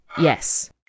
Yes